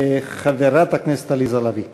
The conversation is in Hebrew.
חברת הכנסת עליזה לביא.